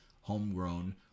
homegrown